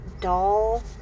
doll